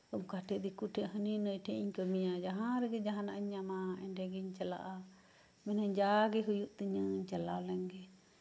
ᱚᱱᱠᱟ ᱛᱮ ᱫᱤᱠᱩ ᱴᱷᱮᱡ ᱦᱟᱹᱱᱤ ᱱᱟᱹᱭ ᱴᱷᱮᱡ ᱤᱧ ᱠᱟᱹᱢᱤᱭᱟ ᱡᱟᱦᱟᱸ ᱨᱮᱜᱮ ᱡᱟᱦᱟᱸᱱᱟᱜ ᱤᱧ ᱧᱟᱢᱟ ᱚᱸᱰᱮᱜᱤᱧ ᱪᱟᱞᱟᱜᱼᱟ ᱢᱮᱱᱟᱹᱧ ᱡᱟᱜᱮ ᱦᱩᱭᱩᱜ ᱛᱤᱧᱟᱹ ᱪᱟᱞᱟᱣ ᱞᱮᱱᱜᱮᱧ